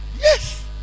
yes